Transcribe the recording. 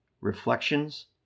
Reflections